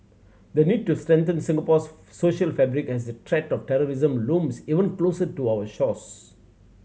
the need to strengthen Singapore's social fabric as the threat of terrorism looms ever closer to our shores